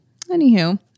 Anywho